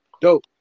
Dope